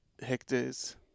hectares